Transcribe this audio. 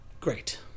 great